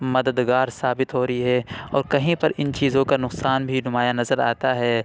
مددگار ثابت ہو رہی ہے اور کہیں پر اِن چیزوں کا نقصان بھی نمایاں نظر آتا ہے